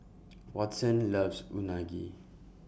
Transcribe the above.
Watson loves Unagi